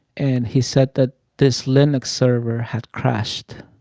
and he said that this linux server had crashed.